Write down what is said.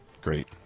Great